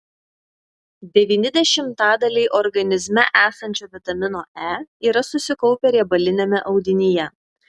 devyni dešimtadaliai organizme esančio vitamino e yra susikaupę riebaliniame audinyje